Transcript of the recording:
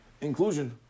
inclusion